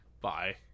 Bye